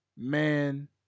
Man